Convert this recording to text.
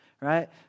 right